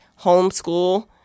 homeschool